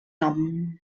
nom